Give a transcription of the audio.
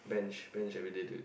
bench bench everyday dude